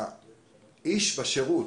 האיש בשירות